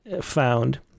found